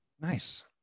Nice